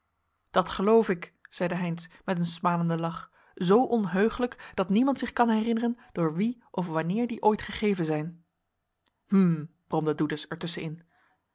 dat geloof ik zeide heynsz met een smalenden lach zoo onheuglijk dat niemand zich kan herinneren door wien of wanneer die ooit gegeven zijn hm bromde doedes er